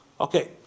Okay